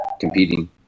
competing